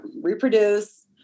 reproduce